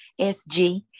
SG